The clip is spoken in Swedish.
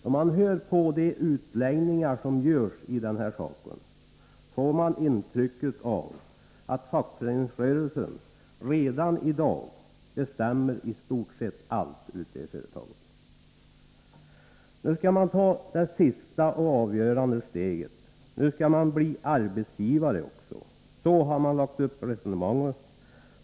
Om man hör på de utläggningar som görs i denna sak, får man intrycket att fackföreningsrörelsen redan i dag bestämmer i stort sett allt ute i företagen. Nu'skall man ta det sista och avgörande steget, nu skall man bli arbetsgivare också. Så har de borgerliga lagt upp resonemanget.